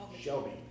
Shelby